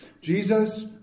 Jesus